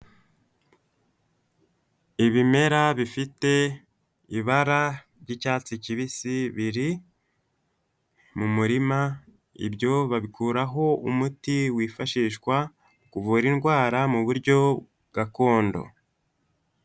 Ibimera bifite ibara ry'icyatsi kibisi biri mu murima, ibyo babikuraho umuti wifashishwa kuvura indwara mu buryo gakondo.